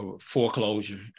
foreclosure